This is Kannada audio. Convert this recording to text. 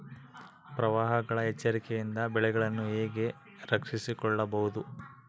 ಪ್ರವಾಹಗಳ ಎಚ್ಚರಿಕೆಯಿಂದ ಬೆಳೆಗಳನ್ನು ಹೇಗೆ ರಕ್ಷಿಸಿಕೊಳ್ಳಬಹುದು?